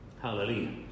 hallelujah